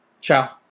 Ciao